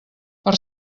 per